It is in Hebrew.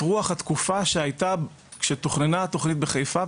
רוח התקופה שהייתה כשתוכננה התוכנית בחיפה,